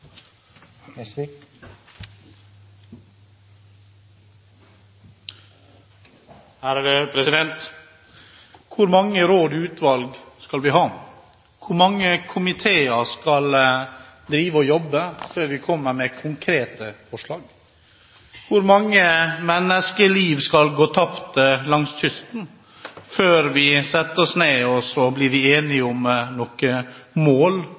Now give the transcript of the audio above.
Hvor mange råd og utvalg skal vi ha? Hvor mange komiteer skal drive og jobbe før de kommer med konkrete forslag? Hvor mange menneskeliv skal gå tapt langs kysten før vi setter oss ned og blir enige om mål,